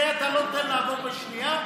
לזה אתה לא נותן לעבור בשנייה,